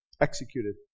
executed